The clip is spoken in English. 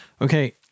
Okay